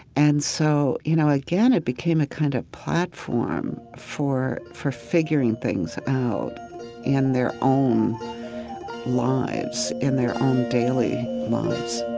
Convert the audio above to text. and so, you know, again it became a kind of platform for for figuring things out in their own lives in their own daily lives